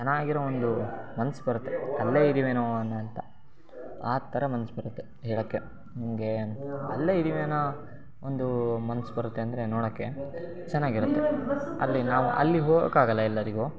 ಚೆನ್ನಾಗಿರೋ ಒಂದು ಮನ್ಸು ಬರುತ್ತೆ ಅಲ್ಲೇ ಇದ್ದೀವೇನೋ ಅನ್ನೋ ಅಂತ ಆ ಥರ ಮನ್ಸು ಬರುತ್ತೆ ಹೇಳೋಕ್ಕೆ ನಮಗೆ ಅಲ್ಲೇ ಇದ್ದೀವೇನೋ ಒಂದು ಮನ್ಸು ಬರುತ್ತೆ ಅಂದರೆ ನೋಡೋಕ್ಕೆ ಚೆನ್ನಾಗಿರುತ್ತೆ ಅಲ್ಲಿ ನಾವು ಅಲ್ಲಿ ಹೋಗೋಕ್ಕಾಗಲ್ಲ ಎಲ್ಲರಿಗೂ